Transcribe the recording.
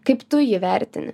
kaip tu jį vertini